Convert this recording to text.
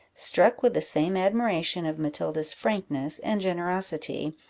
struck with the same admiration of matilda's frankness and generosity,